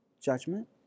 judgment